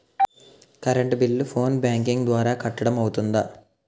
Current bill phone banking ద్వారా కట్టడం అవ్తుందా?